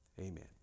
Amen